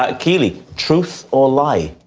ah keeley, truth or lie?